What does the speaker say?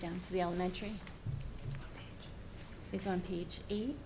down to the elementary it's on page